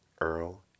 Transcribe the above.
Earl